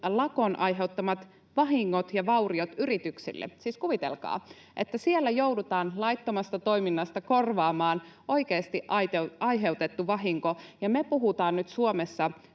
lakon aiheuttamat vahingot ja vauriot yrityksille. Siis kuvitelkaa, siellä joudutaan laittomasta toiminnasta korvaamaan oikeasti aiheutettu vahinko, ja me puhutaan nyt Suomessa